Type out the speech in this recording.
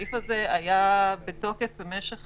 הסעיף הזה היה בתוקף במשך